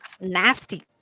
Nasty